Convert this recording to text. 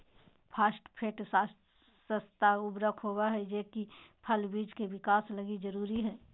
phosphate सस्ता उर्वरक होबा हइ जे कि फल बिज के विकास लगी जरूरी हइ